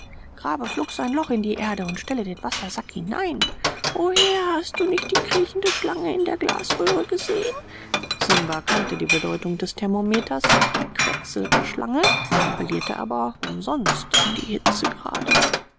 grabe flugs ein loch in die erde und stelle den wassersack hinein o herr hast du nicht die kriechende schlange in der glasröhre gesehen simba kannte die bedeutung des thermometers und der quecksilberschlange appellierte aber umsonst an die